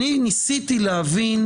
ניסיתי להבין,